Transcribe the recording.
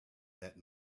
that